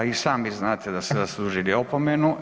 I sami znate da ste zaslužili opomenu.